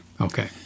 Okay